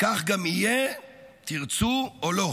כך גם יהיה, תרצו או לא.